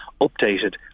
updated